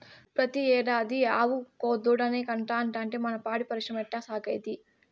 పెతీ ఏడాది ఆవు కోడెదూడనే కంటాంటే మన పాడి పరిశ్రమ ఎట్టాసాగేది